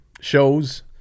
shows